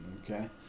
Okay